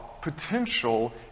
potential